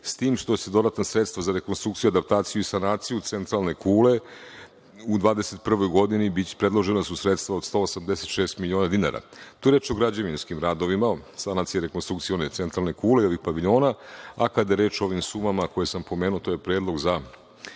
s tim što će dodatna sredstva za rekonstrukciju, adaptaciju i sanaciju Centralne kule u 2021. godini, predložena su sredstva od 186 miliona dinara. Tu je reč o građevinskim radovima, sanacija i rekonstrukcija one Centralne kule, ili paviljona, a kada je reč o ovim sumama koje sam pomenuo, to je predlog za